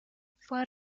fue